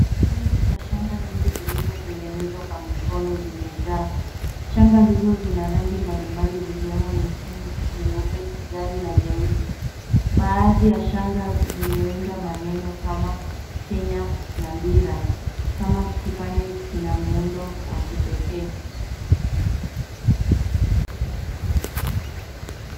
Chungu cha shangaa nyingi zilizotengenezwa kwa mikono zimejaa. Shangaa hizo zina rangi mbalimbali zikiwemo nyekundu, nyeupe, kijani na nyeusi. Baadhi ya shangaa zimeunda maneno kama Kenya Nambira kama kipande kina muundo wa kipekee.